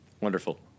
Wonderful